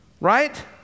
Right